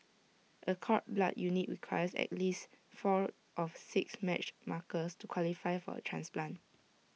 A cord blood unit requires at least four of six matched markers to qualify for A transplant